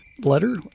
letter